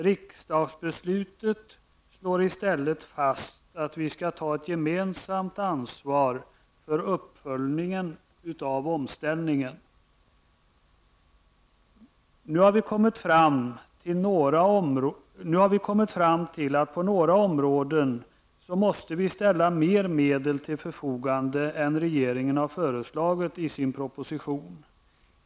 Riksdagsbeslutet slår i stället fast att vi skall ta ett gemensamt ansvar för uppföljningen av omställningen. Nu har vi kommit fram till att vi på några områden måste ställa mer medel till förfogande än regeringen har föreslagit i sin proposition.